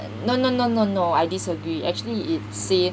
no no no no no I disagree actually it said